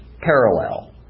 parallel